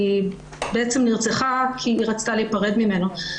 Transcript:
היא בעצם נרצחה כי היא רצתה להיפרד ממנו.